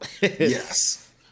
Yes